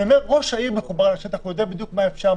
אני אומר שראש העיר מחובר לשטח והוא יודע בדיוק מה אפשר,